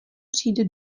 přijde